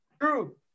True